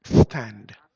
stand